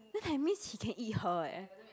then that means he can eat her eh